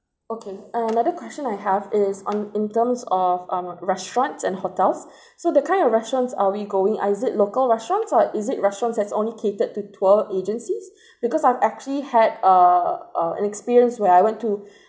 okay another question I have is on in terms of um restaurants and hotels so the kind of restaurants are we going uh is it local restaurants or is it restaurants that only catered to tour agencies because I've actually had uh an experience where I went to